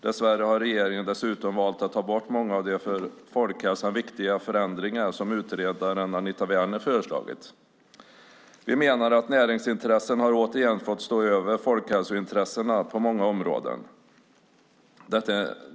Dess värre har regeringen dessutom valt att ta bort många av de för folkhälsan viktiga förändringar som utredaren Anita Werner föreslagit. Vi menar att näringsintressen återigen har fått stå över folkhälsointressen på många områden.